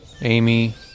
Amy